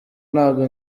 ntabwo